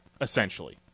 essentially